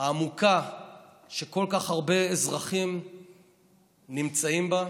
העמוקה שכל כך הרבה אזרחים נמצאים בה,